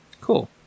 Cool